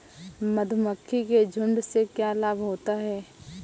मधुमक्खी के झुंड से क्या लाभ होता है?